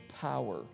power